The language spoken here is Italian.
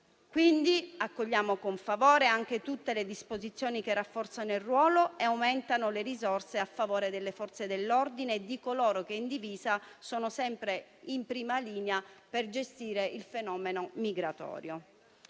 quindi con favore anche tutte le disposizioni che rafforzano il ruolo e aumentano le risorse a favore delle Forze dell'ordine e di coloro che in divisa sono sempre in prima linea per gestire il fenomeno migratorio.